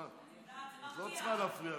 את לא צריכה להפריע לו.